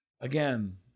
Again